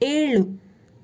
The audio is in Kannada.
ಏಳು